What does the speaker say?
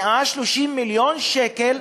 130 מיליון שקל,